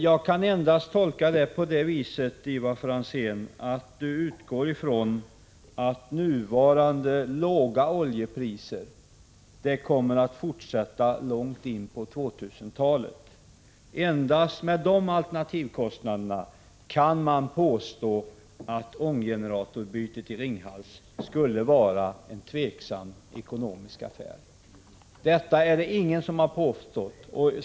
Jag kan endast tolka det på det viset att Ivar Franzén utgår ifrån att nuvarande låga oljepriser kommer att fortsätta långt in på 2000-talet. Endast med de alternativkostnaderna kan man påstå att ånggeneratorbytet i kärnkraftsreaktorn Ringhals 2 skulle vara en tvivelaktig ekonomisk affär. Detta är det ingen som har påstått.